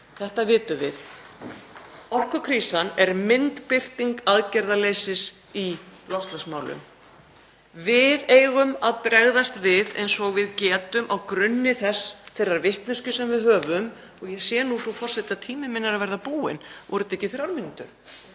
Þetta vitum við. Orkukrísan er birtingarmynd aðgerðaleysis í loftslagsmálum. Við eigum að bregðast við eins og við getum á grunni þeirrar vitneskju sem við höfum — ég sé, frú forseti, að tími minn er að verða búinn. Voru þetta ekki þrjár mínútur?